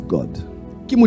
God